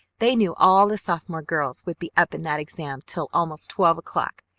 they knew all the sophomore girls would be up in that exam. till almost twelve o'clock,